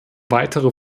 weitere